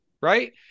Right